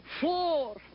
four